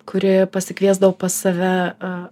kuri pasikviesdavo pas save